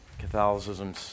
Catholicism